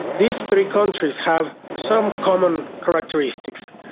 these three countries have some common characteristics.